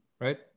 right